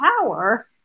power